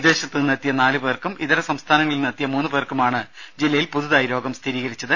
വിദേശത്ത് നിന്നെത്തിയ നാലു പേർക്കും ഇതര സംസ്ഥാനങ്ങളിൽ നിന്നെത്തിയ മൂന്നു പേർക്കുമാണ് ജില്ലയിൽ പുതുതായി രോഗം സ്ഥിരീകരിച്ചത്